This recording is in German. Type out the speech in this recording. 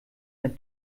der